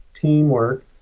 teamwork